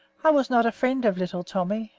i was not a friend of little tommy.